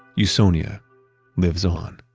usonia lives on